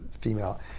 female